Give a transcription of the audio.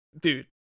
Dude